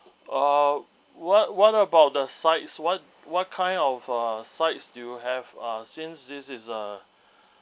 uh what what about the sides what what kind of uh sides do you have uh since this is a